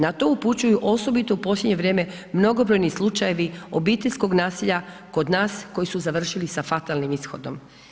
Na to upućuju osobito u posljednje vrijeme mnogobrojni slučajevi obiteljskog nasilja kod nas koji su završili sa fatalnim ishodom.